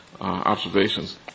observations